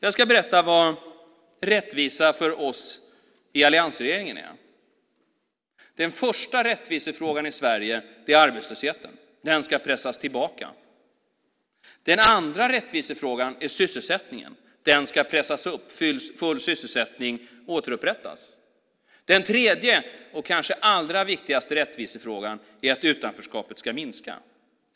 Jag ska berätta vad rättvisa är för oss i alliansregeringen. Den första rättvisefrågan i Sverige är arbetslösheten. Den ska pressas tillbaka. Den andra rättvisefrågan är sysselsättningen. Den ska pressas upp och full sysselsättning återupprättas. Den tredje och kanske allra viktigaste rättvisefrågan är att utanförskapet ska minska.